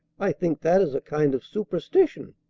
i think that is a kind of superstition.